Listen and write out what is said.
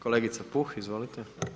Kolegica Puh, izvolite.